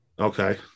Okay